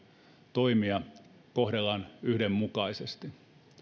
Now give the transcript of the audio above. toimia kohdellaan yhdenmukaisesti